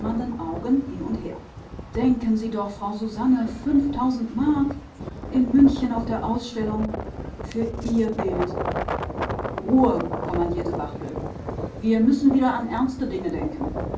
augen hin und her denken sie doch frau susanne fünftausend mark in münchen auf der ausstellung für ihr bild ruhe kommandierte barthel wir müssen wieder an ernste dinge denken